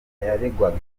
yaregwaga